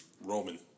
Roman